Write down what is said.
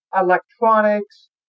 electronics